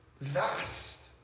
vast